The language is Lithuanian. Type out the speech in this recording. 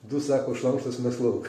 du sako šlamštas mesk lauk